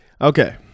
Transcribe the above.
Okay